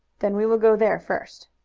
then we will go there first.